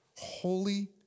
holy